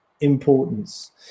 importance